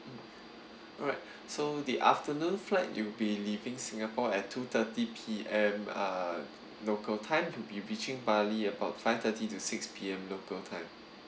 mm alright so the afternoon flight you'll be leaving singapore at two thirty P_M uh local time to be reaching bali at about five thirty to six P_M local time